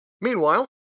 Meanwhile